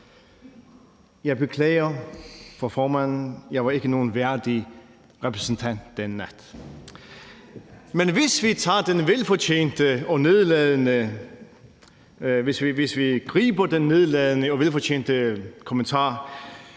Jeg beklager over for formanden; jeg var ikke nogen værdig repræsentant den nat. Men hvis vi griber den nedladende og velfortjente kommentar